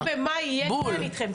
אל תדאגי, אני במאי אהיה כאן אתכם.